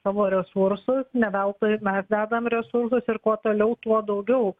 savo resursus ne veltui mes dedam resursus ir kuo toliau tuo daugiau